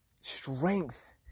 strength